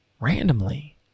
randomly